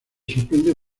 sorprende